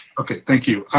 okay, thank you.